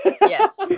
Yes